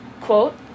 quote